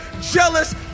jealous